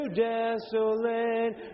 desolate